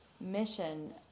mission